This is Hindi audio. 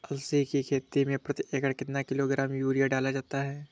अलसी की खेती में प्रति एकड़ कितना किलोग्राम यूरिया डाला जाता है?